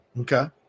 Okay